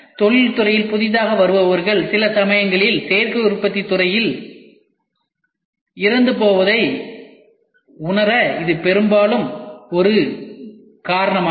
தொழில்துறையில் புதிதாக வருபவர்கள் சில சமயங்களில் சேர்க்கை உற்பத்தித் துறையில் இறந்து போவதை உணர இது பெரும்பாலும் ஒரு காரணம் ஆகும்